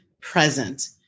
present